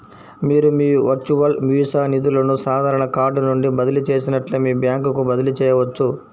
మీరు మీ virtual Visa నిధులను సాధారణ కార్డ్ నుండి బదిలీ చేసినట్లే మీ బ్యాంకుకు బదిలీ చేయవచ్చు